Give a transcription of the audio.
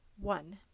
One